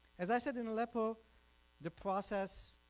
as i said in aleppo the process